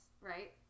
Right